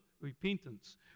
repentance